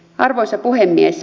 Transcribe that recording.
arvoisa puhemies